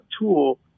tool